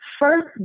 first